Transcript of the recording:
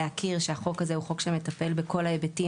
להכיר בכך שהחוק הזה הוא חוק שמטפל בכל ההיבטים